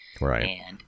Right